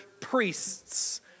priests